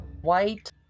white